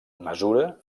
mesura